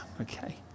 Okay